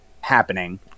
happening